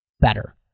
better